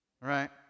right